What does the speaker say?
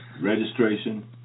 Registration